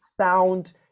sound